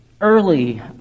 early